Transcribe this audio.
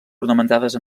ornamentades